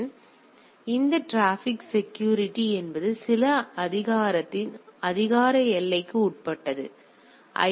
எனவே இந்த traffic security என்பது சில அதிகாரத்தின் அதிகார எல்லைக்கு உட்பட்டது என்றால் ஐ